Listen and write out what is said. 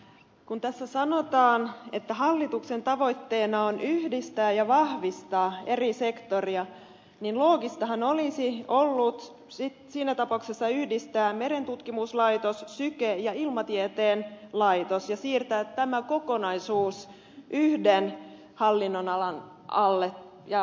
kun tässä sanotaan että hallituksen tavoitteena on yhdistää ja vahvistaa eri sektoreita niin loogistahan olisi ollut siinä tapauksessa yhdistää merentutkimuslaitos syke ja ilmatieteen laitos ja siirtää tämä kokonaisuus yhden hallinnonalan alle